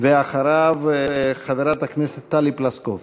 אחריו, חברת הכנסת טלי פלוסקוב.